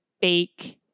bake